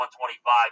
125